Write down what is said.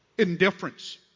Indifference